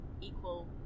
equal